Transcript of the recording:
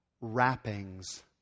wrappings